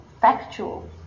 factual